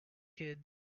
kids